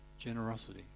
Generosity